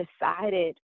decided